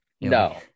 No